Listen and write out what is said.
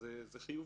זה חיובי.